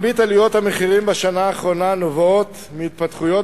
מרבית עליות המחירים בשנה האחרונה נובעות מהתפתחויות